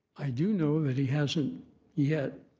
i do know that he hasn't yet,